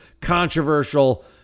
controversial